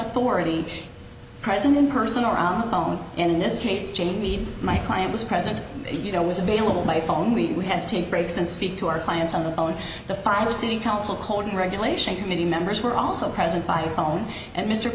already present in person or on the phone and in this case jane means my client was present you know was available by phone we had to take breaks and speak to our clients on the phone the five city council colden regulation committee members were also present by phone and mr